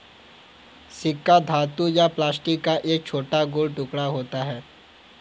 सिक्का धातु या प्लास्टिक का एक छोटा गोल टुकड़ा होता है